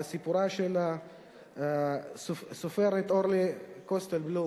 סיפורה של הסופרת אורלי קסטל-בלום.